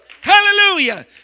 Hallelujah